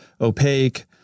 opaque